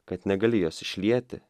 kad negali jos išlieti